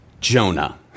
Jonah